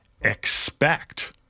expect